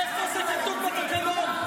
איפה זה כתוב בתקנון?